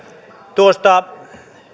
tuosta